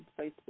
Facebook